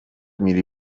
میری